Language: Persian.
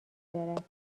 دارد